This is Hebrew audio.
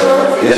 החינוך.